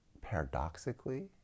paradoxically